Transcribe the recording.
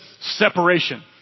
Separation